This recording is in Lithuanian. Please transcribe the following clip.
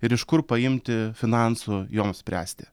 ir iš kur paimti finansų jom spręsti